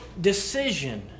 decision